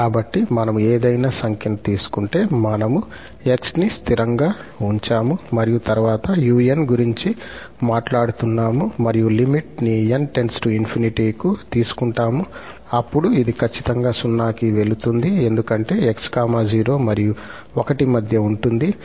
కాబట్టి మనము ఏదైనా సంఖ్యను తీసుకుంటే మనము 𝑥 ని స్థిరంగా ఉంచాము మరియు తరువాత u𝑛 గురించి మాట్లాడుతున్నాము మరియు లిమిట్ ని 𝑛 →∞ కు తీసుకుంటాము అప్పుడు ఇది ఖచ్చితంగా 0 కి వెళుతుంది ఎందుకంటే 𝑥 0 మరియు 1 మధ్య ఉంటుంది 0 ≤ 𝑥 1